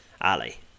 alley